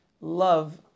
love